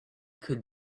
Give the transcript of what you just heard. could